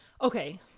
okay